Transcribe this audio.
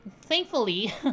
thankfully